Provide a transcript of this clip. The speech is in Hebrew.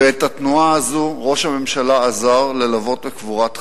ואת התנועה הזו ראש הממשלה עזר ללוות בקבורת חמור,